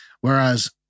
whereas